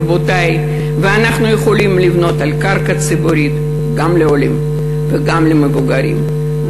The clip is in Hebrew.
רבותי ואנחנו יכולים לבנות על קרקע ציבורית גם לעולים וגם למבוגרים,